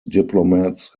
diplomats